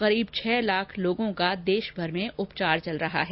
लगभग छह लाख लोगों का देश भर में उपचार चल रहा है